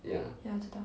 ya 知道